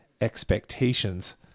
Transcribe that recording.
expectations